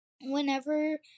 whenever